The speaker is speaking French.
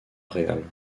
real